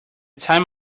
time